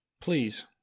please